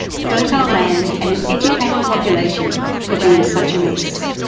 fertile land and an educated population could be in such a mess.